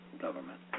government